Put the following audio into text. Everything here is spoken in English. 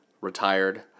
retired